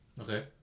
Okay